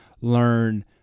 learn